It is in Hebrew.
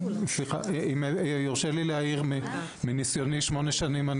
אם יורשה לי להעיר מניסיוני שמונה שנים אני